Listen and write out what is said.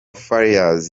farious